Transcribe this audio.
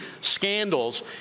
scandals